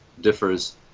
differs